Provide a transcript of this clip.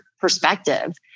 perspective